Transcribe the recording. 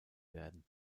werden